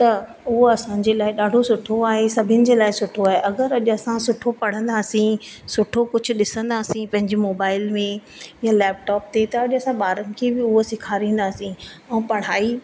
त हूअ असांजे लाइ ॾाढो सुठो आहे सभिनि जे लाइ सुठो आहे अगरि अॼु असां सुठो पढ़ंदासीं सुठो कुछ ॾींदासीं पंहिंजी मोबाइल में लैपटॉप ते त ॾिसा ॿारनि खे बि उहा सेखारींदासीं ऐं पढ़ाई